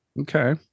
Okay